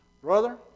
brother